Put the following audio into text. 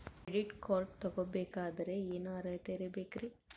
Credit card ತೊಗೋ ಬೇಕಾದರೆ ಏನು ಅರ್ಹತೆ ಇರಬೇಕ್ರಿ?